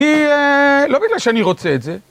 היא אההה... לא מבינה שאני רוצה את זה